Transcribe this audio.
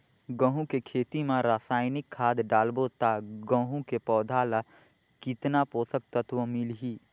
गंहू के खेती मां रसायनिक खाद डालबो ता गंहू के पौधा ला कितन पोषक तत्व मिलही?